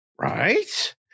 Right